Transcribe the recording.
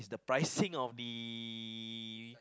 the pricing of the